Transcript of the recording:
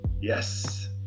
yes